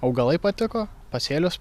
augalai patiko pasėlius